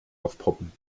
aufpoppen